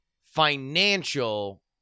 financial